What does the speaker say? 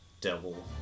Devil